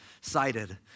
cited